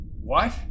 What